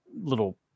little